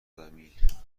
زمین